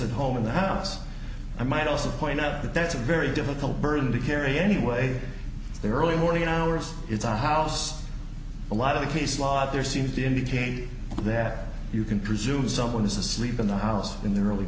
at home in the house i might also point out that that's a very difficult burden to carry anyway the early morning hours it's a house a lot of peace lot there seem to indicate that you can presume someone is asleep in the house in the early